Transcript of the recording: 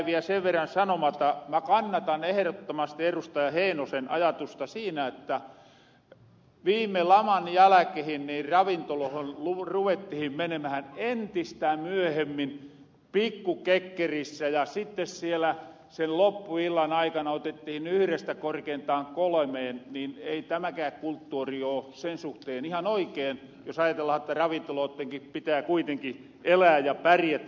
mä kannatan ehrottomasti erustaja heinosen ajatusta siinä että kun viime laman jälkehen ravintolohon ruvettihin menemähän entistä myöhemmin pikku kekkerissä ja sitten sielä sen loppuillan aikana otettihin yhrestä korkeintaan kolmeen niin ei tämäkää kulttuuri oo sen suhteen ihan oikeen jos ajatellahan että ravintoloottenki pitää kuitenki elää ja pärjätä